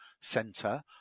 Center